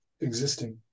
existing